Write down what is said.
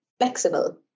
flexible